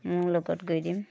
মইও লগত গৈ দিম